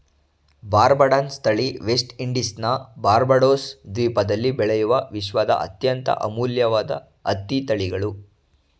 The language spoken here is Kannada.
ಬಾರ್ಬಡನ್ಸ್ ತಳಿ ವೆಸ್ಟ್ ಇಂಡೀಸ್ನ ಬಾರ್ಬಡೋಸ್ ದ್ವೀಪದಲ್ಲಿ ಬೆಳೆಯುವ ವಿಶ್ವದ ಅತ್ಯಂತ ಅಮೂಲ್ಯವಾದ ಹತ್ತಿ ತಳಿಗಳು